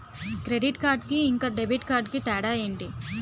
Credit card కి ఇంకా debit card కి తేడా ఏంటి?